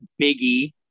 Biggie